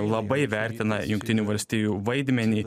labai vertina jungtinių valstijų vaidmenį